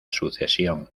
sucesión